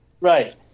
right